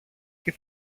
και